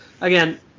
again